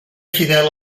fidel